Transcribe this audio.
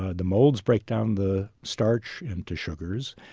ah the molds break down the starch into sugars,